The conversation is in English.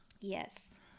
Yes